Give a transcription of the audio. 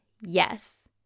yes